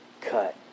cut